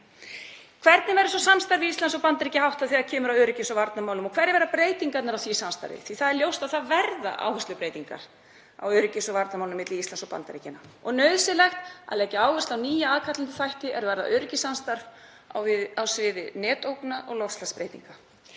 Hvernig verður svo samstarfi Íslands og Bandaríkjanna háttað þegar kemur að öryggis- og varnarmálum og hverjar verða breytingarnar á því samstarfi? Það er ljóst að það verða áherslubreytingar í öryggis- og varnarmálum milli Íslands og Bandaríkjanna og nauðsynlegt að leggja áherslu á nýja aðkallandi þætti er varða öryggissamstarf á sviði netógna og loftslagsbreytinga.